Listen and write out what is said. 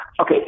Okay